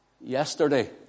yesterday